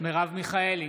מרב מיכאלי,